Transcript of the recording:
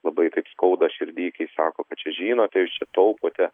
labai taip skauda širdy kai sako kad čia žinote jūs čia taupote